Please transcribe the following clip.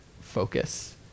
focus